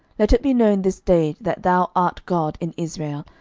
let it be known this day that thou art god in israel,